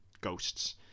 Ghosts